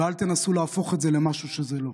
ואל תנסו להפוך את זה למשהו שזה לא.